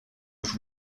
was